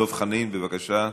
דב חנין בבקשה.